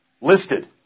listed